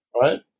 right